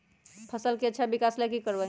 फसल के अच्छा विकास ला की करवाई?